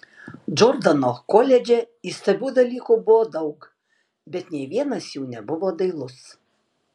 džordano koledže įstabių dalykų buvo daug bet nė vienas jų nebuvo dailus